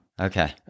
okay